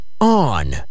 On